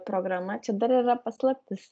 programa čia dar yra paslaptis